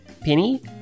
penny